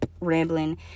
rambling